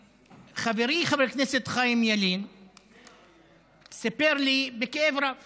חברי חבר הכנסת חיים ילין סיפר לי בכאב רב